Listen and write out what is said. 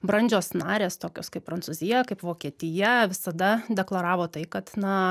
brandžios narės tokios kaip prancūzija kaip vokietija visada deklaravo tai kad na